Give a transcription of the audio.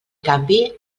canvi